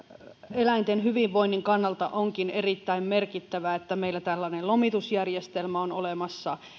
eläinten hyvinvoinnin kannalta on erittäin merkittävää että meillä tällainen lomitusjärjestelmä on olemassa